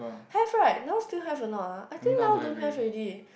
have right now still have a not ah I think now don't have already